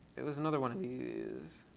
it was another one of these.